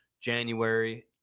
January